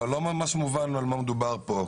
לא ממש מובן על מה מדובר כאן.